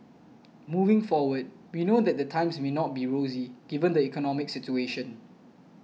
moving forward we know that the times may not be rosy given the economic situation